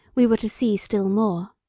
we were to see still more.